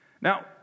Now